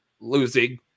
Losing